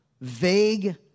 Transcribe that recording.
vague